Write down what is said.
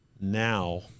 now